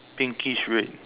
pinkish red